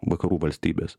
vakarų valstybes